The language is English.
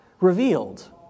revealed